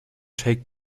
take